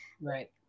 Right